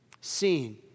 seen